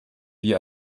wie